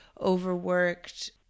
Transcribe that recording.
overworked